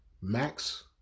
Max